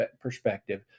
perspective